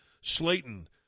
Slayton